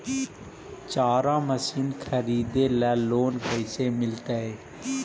चारा मशिन खरीदे ल लोन कैसे मिलतै?